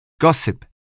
Gossip